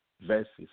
verses